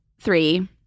three